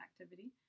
activity